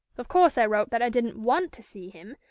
of course i wrote that i didn't want to see him,